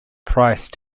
price